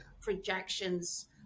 projections